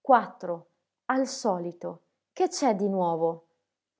quattro al solito che c'è di nuovo